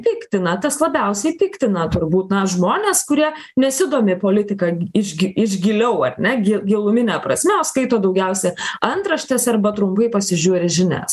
piktina tas labiausiai piktina turbūt na žmonės kurie nesidomi politika iš gi iš giliau ar ne gi gilumine prasme o skaito daugiausia antraštes arba trumpai pasižiūri žinias